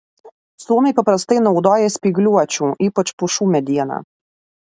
suomiai paprastai naudoja spygliuočių ypač pušų medieną